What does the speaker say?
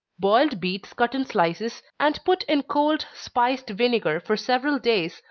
boiled beets cut in slices, and put in cold spiced vinegar for several days,